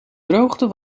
droogte